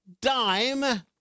dime